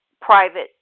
private